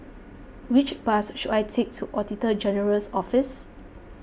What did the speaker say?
which bus should I take to Auditor General's Office